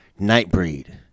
Nightbreed